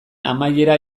amaiera